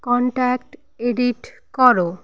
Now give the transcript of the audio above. contact edit করো